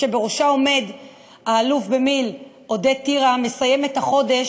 הממשלה, אדוני השר, אם יש לכם עבודה אחת, אחת,